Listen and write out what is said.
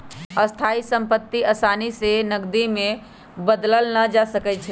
स्थाइ सम्पति असानी से नकदी में बदलल न जा सकइ छै